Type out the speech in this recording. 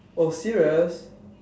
oh serious